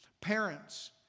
Parents